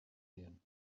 syrien